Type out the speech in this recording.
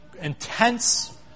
intense